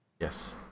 Yes